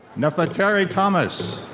neffetarie thomas.